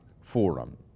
Forum